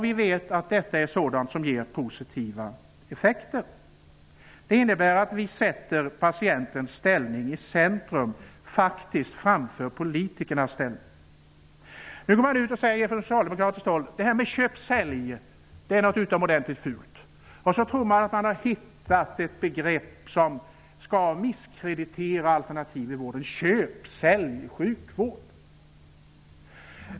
Vi vet att detta ger positiva effekter. Det innebär att vi sätter patientens ställning i centrum, faktiskt framför politikernas ställning. Socialdemokraterna går nu ut och säger att detta köp--sälj-system är något utomordentligt fult. Sedan tror man att man har hittat ett begrepp som skall misskreditera alternativ i vården. Att köpa och sälja sjukvård!